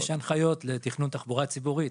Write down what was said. יש הנחיות לתכנון תחבורה ציבורית,